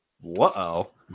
Whoa